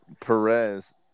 Perez